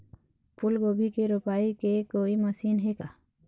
फूलगोभी के रोपाई के कोई मशीन हे का?